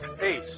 Ace